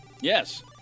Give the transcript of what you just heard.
Yes